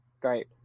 great